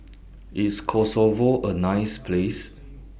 IS Kosovo A nice Place